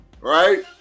right